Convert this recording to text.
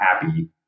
happy